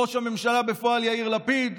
ראש הממשלה בפועל יאיר לפיד,